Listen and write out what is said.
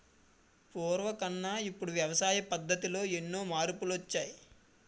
పూర్వకన్నా ఇప్పుడు వ్యవసాయ పద్ధతుల్లో ఎన్ని మార్పులొచ్చాయో